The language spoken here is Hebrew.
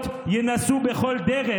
חבר הכנסת משה גפני, אתה שותף לקואליציה,